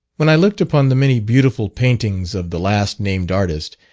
when i looked upon the many beautiful paintings of the last named artist,